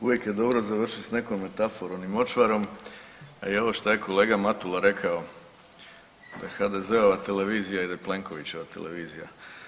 Uvijek je dobro završiti s nekom metaforom i močvarom, a i ovo što je kolega Matula rekao, da je HDZ-ova televizija i da je Plenkovićeva televizija.